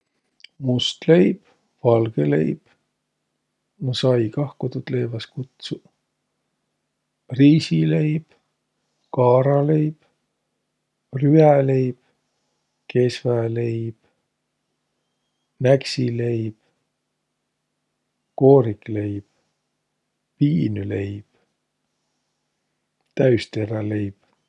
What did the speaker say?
Must leib, valgõ leib, no sai kah, ku tuud leeväs kutsuq, riisileib, kaaraleib, rüäleib, kesväleib.